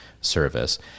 service